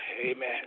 Amen